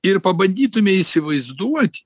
ir pabandytume įsivaizduot